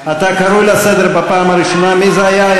אתה קרוי לסדר בפעם הראשונה, מי זה היה?